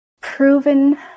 proven